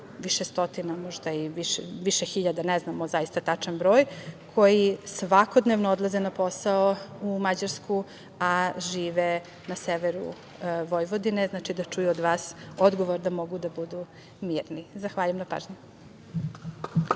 više stotina, možda i više hiljada, ne znamo zaista tačan broj, koji svakodnevno odlaze na posao u Mađarsku, a žive na severu Vojvodine, da čuju odgovor od vas, da mogu da budu mirni. Zahvaljujem na pažnji.